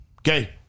Okay